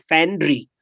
Fandry